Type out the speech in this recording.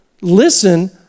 listen